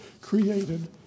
created